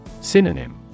Synonym